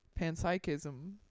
panpsychism